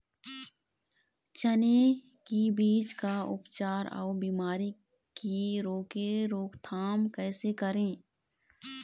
चने की बीज का उपचार अउ बीमारी की रोके रोकथाम कैसे करें?